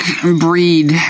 breed